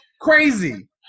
crazy